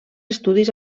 estudis